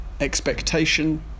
expectation